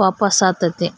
ವಾಪಸ್ಸಾತತೆ